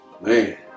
Man